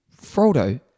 Frodo